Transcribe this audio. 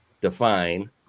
define